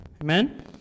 Amen